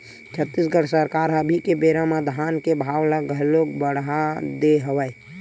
छत्तीसगढ़ सरकार ह अभी के बेरा म धान के भाव ल घलोक बड़हा दे हवय